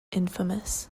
infamous